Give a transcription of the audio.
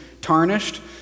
tarnished